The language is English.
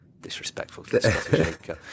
disrespectful